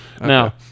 now